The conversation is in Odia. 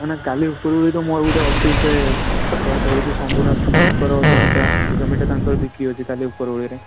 ହଁ ନାହିଁ କାଲି ଉପରଓଳି ତ ମୋର ଗୋଟେ ଅଛି ସେ ଯେଉଁ ଧରିଛି ଶମ୍ଭୁନାଥଙ୍କର ଜମିଟା ସେ ଜମିଟା ତାଙ୍କର ବିକ୍ରି ଅଛି କାଲି ଉପରଓଳିରେ